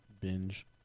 binge